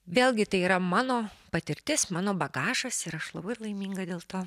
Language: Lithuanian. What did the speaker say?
vėlgi tai yra mano patirtis mano bagažas ir aš labai laiminga dėl to